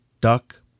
duck